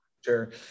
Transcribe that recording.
Sure